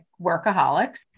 workaholics